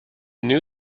new